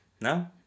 no